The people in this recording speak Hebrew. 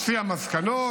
והיא הוציאה מסקנות.